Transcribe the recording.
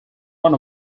run